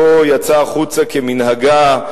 לא יצאה החוצה כמנהגה,